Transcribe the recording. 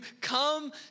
come